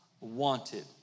wanted